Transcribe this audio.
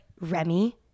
Remy